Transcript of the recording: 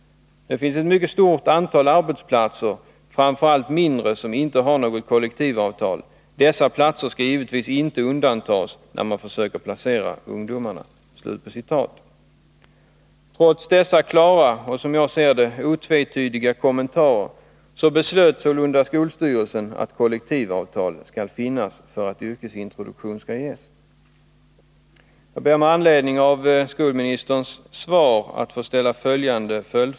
——-—- Det finns ett mycket stort antal arbetsplatser framförallt mindre som inte har något kollektivavtal. Dessa platser skall givetvis inte undandras skolan när man försöker placera ungdomarna.” Trots dessa klara och som jag ser det otvetydiga kommentarer beslöt sålunda skolstyrelsen att kollektivavtal skall finnas om yrkesintroduktion skall kunna ges.